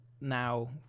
now